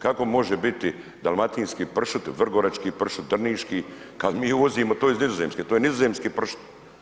Kako može biti dalmatinski pršut, vrgorački pršut, drniški, kad mi uvozimo iz Nizozemske, to je nizozemski pršut.